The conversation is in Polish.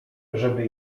żeby